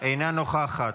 אינה נוכחת,